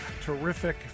Terrific